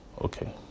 Okay